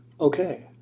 Okay